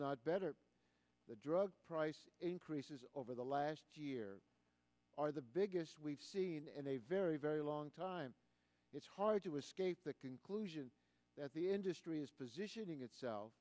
not better the drug price increases over the last year are the biggest we've seen in a very very long time it's hard to escape the conclusion that the industry is positioning itself